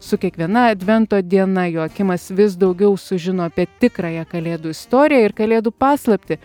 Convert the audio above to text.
su kiekviena advento diena joakimas vis daugiau sužino apie tikrąją kalėdų istoriją ir kalėdų paslaptį